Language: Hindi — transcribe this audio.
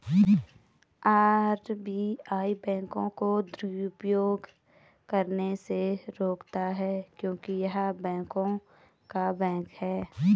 आर.बी.आई बैंकों को दुरुपयोग करने से रोकता हैं क्योंकि य़ह बैंकों का बैंक हैं